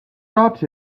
dropped